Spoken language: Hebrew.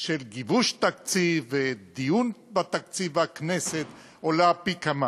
של גיבוש תקציב ודיון בתקציב הכנסת עולה פי כמה.